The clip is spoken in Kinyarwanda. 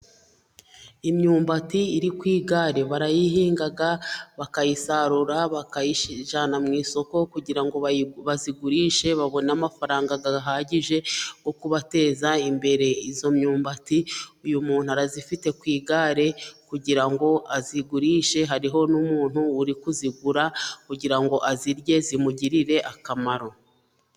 Imyumbati iri ku igare barayihinga bakayisarura bakayijyana mu isoko kugira ngo bayigurishe babone amafaranga ahagije yo kubateza imbere, iyo myumbati uyu muntu arayifite ku igare kugira ngo ayigurishe, hariho n'umuntu uri kuyigura kugira ngo ayirye imugirire akamaro.